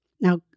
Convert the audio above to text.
Now